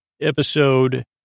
episode